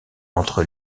entre